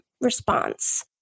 response